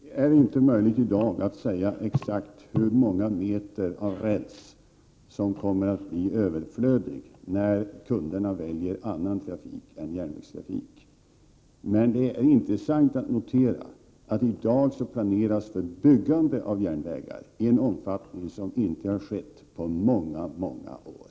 Herr talman! Det är inte möjligt att i dag säga exakt hur många meter räls som kommer att bli överflödiga när kunderna väljer annan trafik än järnvägstrafik. Men det är intressant att notera att det i dag planeras för byggande av järnvägar i en omfattning som inte har skett på många år.